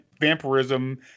vampirism